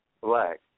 Black